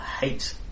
hate